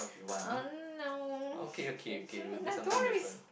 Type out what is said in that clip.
uh no i don't wanna be s~